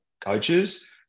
coaches